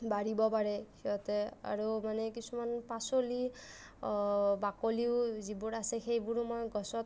বাঢ়িব পাৰে সিহঁতে আৰু মানে কিছুমান পাচলিৰ বাকলিও যিবোৰ আছে সেইবোৰো মই গছত